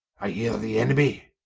i heare the enemie